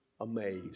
amazed